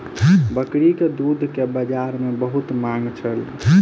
बकरीक दूध के बजार में बहुत मांग छल